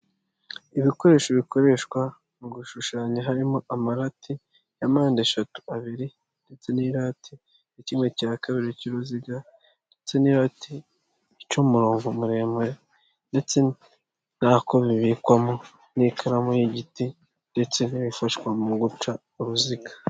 Ibikoresho bikoreshwa mu gushushanya harimo amarati ya mpande eshatu abiri ndetse n'irati na kimwe cya kabiri cy'uruziga ndetse n'irati ica umurongo muremure ndetse n'ako bibikwamo n'ikaramu y'igiti ndetse n'ibifashwa mu guca uruziga.